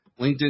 LinkedIn